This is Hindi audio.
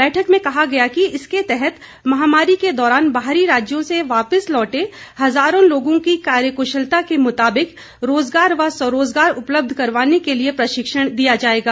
बैठक में कहा गया है कि इसके तहत महामारी के दौरान बाहरी राज्यों से वापिस लौटै हजारों लोगों की कार्यकुशलता के मुताबिक रोजगार व स्वरोजगार उपलब्ध करवाने के लिए प्रशिक्षण दिया जाएगा